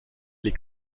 les